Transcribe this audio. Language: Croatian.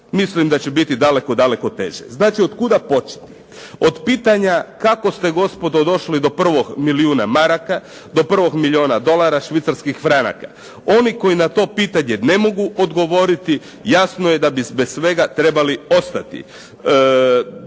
mislim da će biti daleko teže. Znači otkuda početi? Dakle, od pitanja kako ste gospodo došli do prvog milijuna maraka, do prvog milijuna dolara, švicarskih franaka, oni koji na to pitanje ne mogu odgovoriti jasno je da bi bez svega trebali ostati,